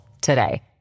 today